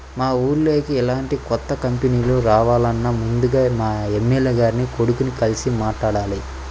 మా ఊర్లోకి ఎలాంటి కొత్త కంపెనీలు రావాలన్నా ముందుగా మా ఎమ్మెల్యే గారి కొడుకుని కలిసి మాట్లాడాలి